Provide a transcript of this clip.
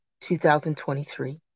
2023